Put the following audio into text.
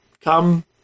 come